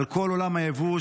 על כל עולם היבוא,